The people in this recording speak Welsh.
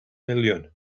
miliwn